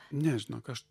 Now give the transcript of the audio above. ne žinok aš